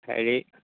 হেৰি